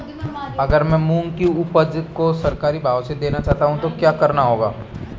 अगर मैं मूंग की उपज को सरकारी भाव से देना चाहूँ तो मुझे क्या करना होगा?